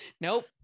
nope